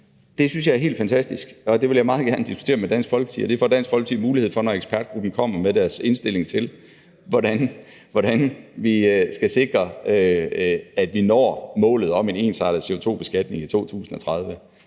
Det synes jeg er helt fantastisk, og det vil jeg meget gerne diskutere med Dansk Folkeparti, og det får Dansk Folkeparti mulighed for, når ekspertgruppen kommer med sin indstilling til, hvordan vi skal sikre, at vi når målet om en ensartet CO2-beskatning i 2030.